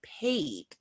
paid